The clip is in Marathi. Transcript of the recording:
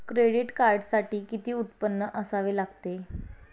क्रेडिट कार्डसाठी किती उत्पन्न असावे लागते?